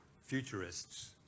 futurists